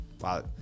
Wow